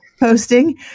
posting